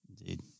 Indeed